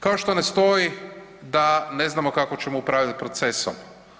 Kao što ne stoji da ne znamo kako ćemo upravljati procesom.